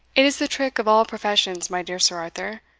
it is the trick of all professions, my dear sir arthur.